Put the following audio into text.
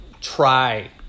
try